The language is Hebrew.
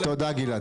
בסדר, תודה גלעד.